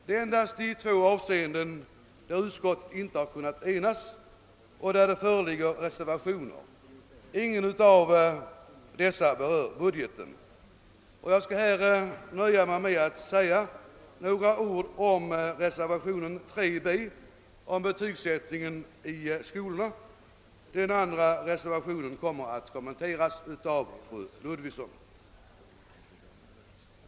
Det är endast i två avseenden som utskottet inte har kunnat enas och där det föreligger reservationer. Ingen av dessa berör budgeten. Jag skall här nöja mig med att säga några ord om reservationen 3 b om hbetygsättningen i skolorna. Den andra reservationen kommer att kommenteras av fru Ludvigsson.